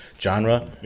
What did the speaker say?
genre